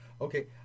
Okay